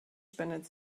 spendet